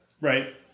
right